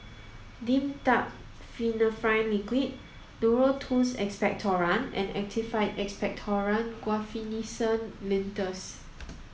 Dimetapp Phenylephrine Liquid Duro Tuss Expectorant and Actified Expectorant Guaiphenesin Linctus